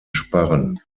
sparren